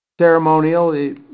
Ceremonial